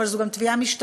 אבל זו גם תביעה משטרתית,